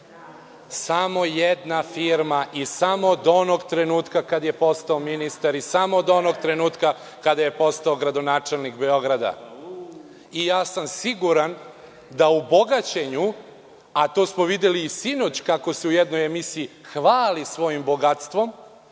samo jedna firma i samo od onog trenutka kada je postao ministar i samo od onog trenutka kada je postao gradonačelnik Beograda. Siguran sam da u bogaćenju, a to smo videli i sinoć kako se u jednoj emisiji hvali svojim bogatstvom,